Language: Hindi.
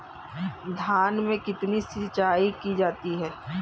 धान में कितनी सिंचाई की जाती है?